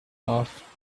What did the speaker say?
off